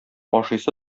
ашыйсы